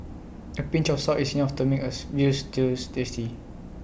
A pinch of salt is enough to make A Veal Stew tasty